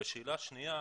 ושאלה שנייה,